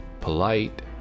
polite